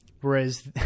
Whereas